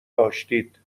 داشتید